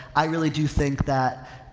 i really do think that,